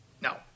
Now